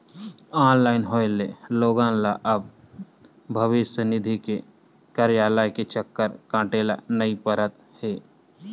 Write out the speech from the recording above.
online होए ले लोगन ल अब भविस्य निधि के कारयालय के चक्कर काटे ल नइ परत हे